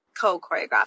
co-choreographed